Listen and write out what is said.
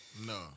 no